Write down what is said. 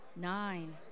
nine